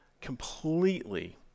completely